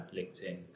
LinkedIn